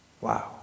Wow